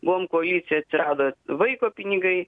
buvom koalicijoj atsirado vaiko pinigai